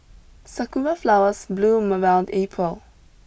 sakura flowers bloom around April